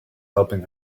helping